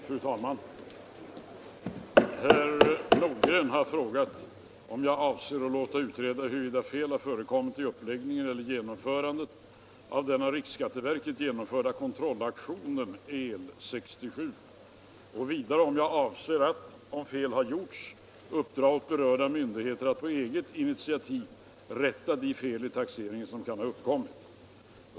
Fru talman! Herr Nordgren har frågat mig om jag avser att låta utreda huruvida fel har förekommit i uppläggningen eller genomförandet av den av riksskatteverket genomförda kontrollaktionen El-67 och vidare om jag avser att, om fel har gjorts, uppdra åt berörda myndigheter att på eget initiativ rätta de fel i taxeringen som kan ha uppkommit.